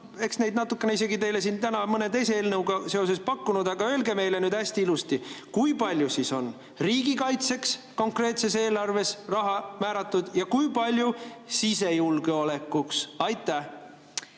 ja neid natukene isegi teile siin täna mõne teise eelnõuga seoses pakkunud. Aga öelge nüüd meile hästi ilusti: kui palju siis on riigikaitseks konkreetses eelarves raha määratud ja kui palju sisejulgeolekuks? Aitäh!